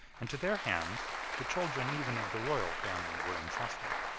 and to their hands the children even of the royal family were intrusted.